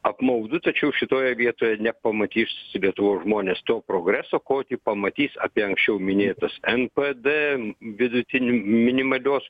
apmaudu tačiau šitoje vietoje nepamatys lietuvos žmonės to progreso kokį pamatys apie anksčiau minėtas npd vidutinį minimalios